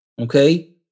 okay